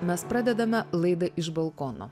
mes pradedame laidą iš balkono